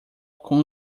com